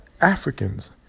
Africans